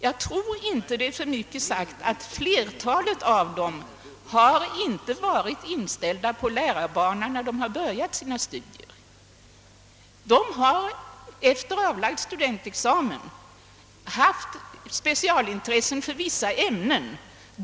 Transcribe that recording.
Jag tror inte att det är för mycket sagt att flertalet av dem inte har varit inställda på att välja lärarbanan redan när de börjat sina studier, utan de har efter avlagd studentexamen haft specialintressen.